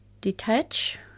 detach